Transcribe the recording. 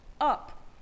up